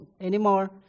anymore